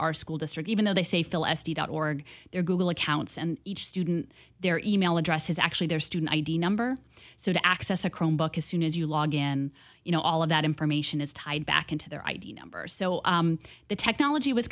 our school district even though they say fill estie dot org their google accounts and each student their e mail address is actually their student id number so to access a chromebook as soon as you log in you know all of that information is tied back into their id number so the technology was